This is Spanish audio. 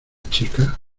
chica